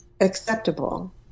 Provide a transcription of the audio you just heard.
acceptable